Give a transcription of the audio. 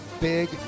big